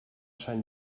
sant